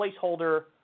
placeholder